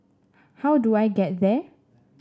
how do I get there